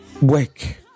work